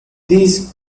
these